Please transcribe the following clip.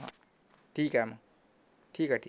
हं ठीक आहे मग ठीक आहे ठीक आहे